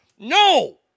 No